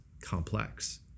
complex